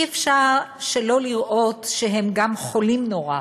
אי-אפשר שלא לראות שהם גם חולים נורא,